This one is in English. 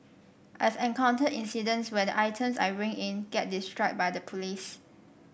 I've encountered incidents where the items I bring in get destroyed by the police